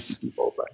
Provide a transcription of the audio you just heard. people